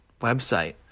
website